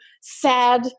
sad